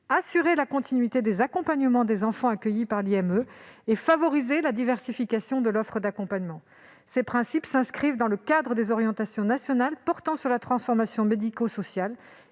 assurer la continuité des accompagnements des enfants accueillis par l'IME et favoriser la diversification de l'offre d'accompagnement. Ces principes s'inscrivent dans le cadre des orientations nationales portant sur la transformation de l'offre